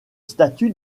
statue